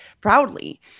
proudly